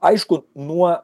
aišku nuo